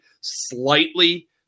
slightly